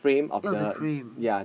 ya the frame